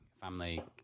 family